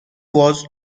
was